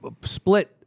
split